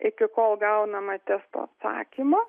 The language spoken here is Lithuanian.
iki kol gaunama testo atsakymą